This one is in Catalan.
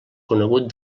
conegut